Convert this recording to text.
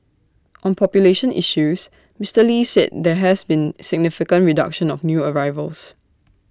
on population issues Mister lee said there has been significant reduction of new arrivals